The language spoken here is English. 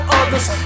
others